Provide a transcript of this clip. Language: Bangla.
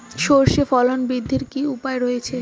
সর্ষের ফলন বৃদ্ধির কি উপায় রয়েছে?